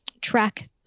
track